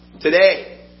today